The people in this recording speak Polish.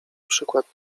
przykład